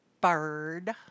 Bird